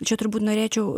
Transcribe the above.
čia turbūt norėčiau